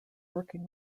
working